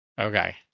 Okay